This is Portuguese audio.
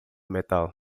metal